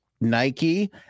Nike